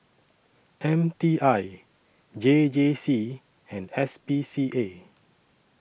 M T I J J C and S P C A